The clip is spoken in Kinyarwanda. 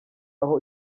aho